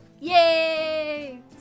Yay